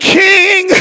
king